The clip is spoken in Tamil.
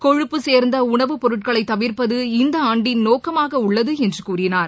கொழுப்பு சேர்ந்தஉணவுப்பொருட்களைதவிர்ப்பது இந்தஆண்டின் நோக்கமாகஉள்ளதுஎன்றுகூறினார்